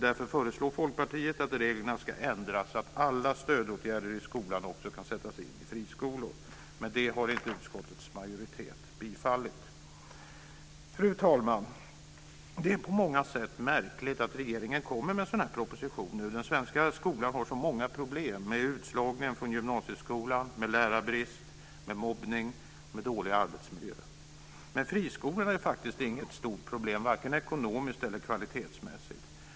Därför föreslår Folkpartiet att reglerna ska ändras så att alla stödåtgärder i skolan också kan sättas in i friskolor, men det har inte utskottets majoritet bifallit. Fru talman! Det är på många sätt märkligt att regeringen kommer med en sådan här proposition nu när den svenska skolan har så många problem med utslagningen från gymnasieskolan, med lärarbrist, mobbning och dålig arbetsmiljö. Men friskolorna är faktiskt inget stort problem, vare sig ekonomiskt eller kvalitetsmässigt.